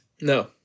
No